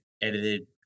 edited